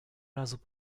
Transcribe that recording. razu